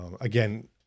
Again